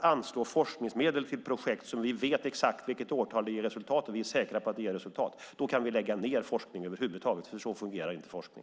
anslå forskningsmedel bara till projekt som vi vet exakt vilket årtal som de ger resultat och som vi är säkra på ger resultat, då kan vi lägga ned all forskning över huvud taget, för så fungerar inte forskning.